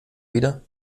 wieder